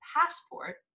passport